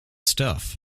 stuff